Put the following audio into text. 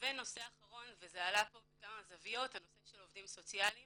נושא אחרון שעלה כאן בכמה זוויות זה נושא של עובדים סוציאליים